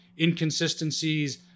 inconsistencies